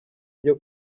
ryo